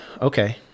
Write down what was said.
Okay